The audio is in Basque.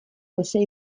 gosea